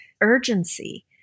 urgency